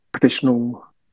professional